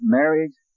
marriage